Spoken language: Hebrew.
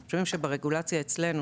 אנחנו חושבים שברגולציה אצלנו,